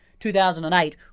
2008